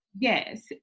Yes